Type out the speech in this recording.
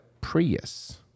Prius